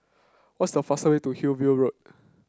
what's the fastest way to Hillview Road